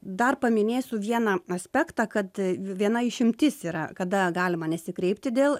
dar paminėsiu vieną aspektą kad viena išimtis yra kada galima nesikreipti dėl